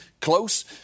close